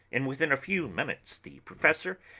and within a few minutes the professor,